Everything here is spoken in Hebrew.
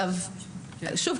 שוב,